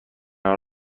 حال